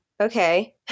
Okay